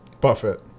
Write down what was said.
Buffett